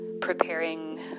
preparing